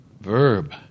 verb